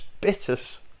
bitters